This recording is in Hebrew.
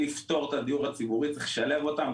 לפתור את בעיית הדיור הציבורי צריך לשלב אותם.